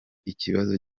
ikibazo